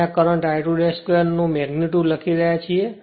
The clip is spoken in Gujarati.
આપણે આ કરંટ I2 2 નો મેગ્નીટુડ લખી રહ્યા છીએ